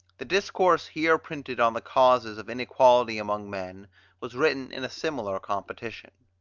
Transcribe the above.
the discourse here printed on the causes of inequality among men was written in a similar competition.